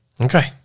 Okay